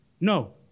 No